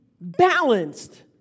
balanced